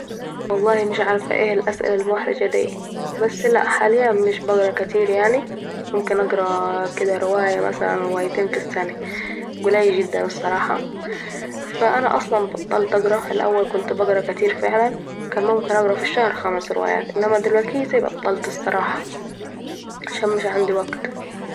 والله مش عارفه ايه الأسئلة المحرجه دي؟ بس لأ حالياً مش بقرا كتير يعني ممكن اقري كده روايه مثلاً رويتين في السنه قليل جدا الصراحه ، فا أنا اصلا بطلت اقري الأول كنت بقري كتير فعلاً كان ممكن اقري في الشهر خمس روايات إنما دلوكيتي بطلت الصراحه ، عشان مش عندي وقت